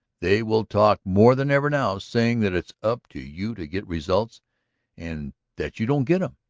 they will talk more than ever now, saying that it's up to you to get results and that you don't get them.